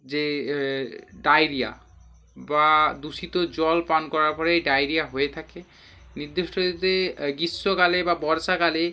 যে ডায়েরিয়া বা দূষিত জল পান করার পরেই ডায়েরিয়া হয়ে থাকে নির্দিষ্ট যদি গ্রীষ্মকালে বা বর্ষাকালে